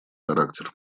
характер